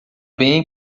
bem